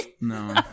No